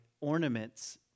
ornaments